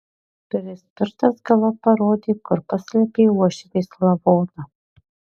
prispirtas galop parodė kur paslėpė uošvės lavoną